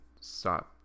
stop